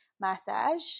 massage